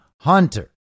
Hunter